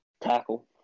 tackle